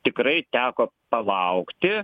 tikrai teko palaukti